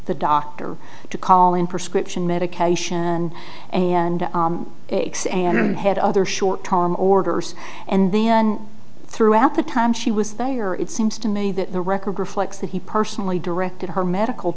the doctor to call in prescription medication and x and had other short term orders and then throughout the time she was they are it seems to me that the record reflects that he personally directed her medical